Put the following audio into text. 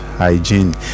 hygiene